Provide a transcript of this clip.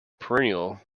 perennial